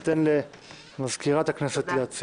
ניתן את רשות הדיבור למזכירת הכנסת.